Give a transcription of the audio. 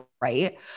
right